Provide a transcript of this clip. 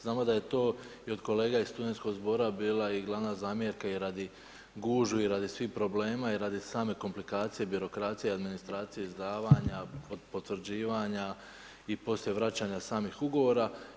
Znamo da je to i od kolega iz Studentskog zbora bila i glavna zamjerka i radi gužvi i radi svih problema i radi same komplikacije, birokracije i administracije izdavanja od potvrđivanja i poslije vraćanja samih ugovora.